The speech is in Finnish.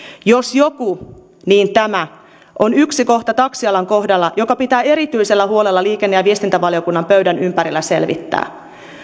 jos joku niin tämä on yksi kohta taksialan kohdalla joka pitää erityisellä huolella liikenne ja viestintävaliokunnan pöydän ympärillä selvittää